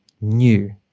new